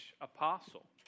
apostle